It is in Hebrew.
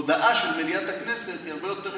הודעה של מליאת הכנסת היא הרבה יותר אפקטיבית,